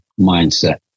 mindset